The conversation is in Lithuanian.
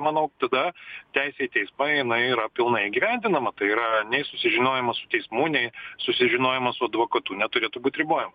manau tada teisė į teismą jinai yra pilnai įgyvendinama tai yra nei susižinojimas su teismu nei susižinojimas su advokatu neturėtų būt ribojama